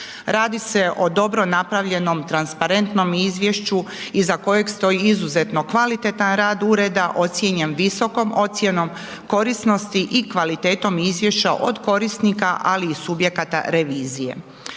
Radi se o dobro napravljenom, transparentnom izvješću iza kojeg stoji izuzetno kvalitetan rad ureda ocijenjen visokom ocjenom korisnosti i kvalitetom izvješća od korisnika, ali i subjekata revizije.